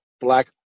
black